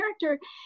character